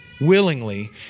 willingly